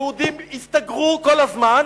היהודים יסתגרו כל הזמן,